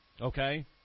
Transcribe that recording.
Okay